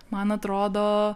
man atrodo